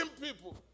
people